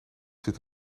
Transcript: zit